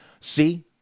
See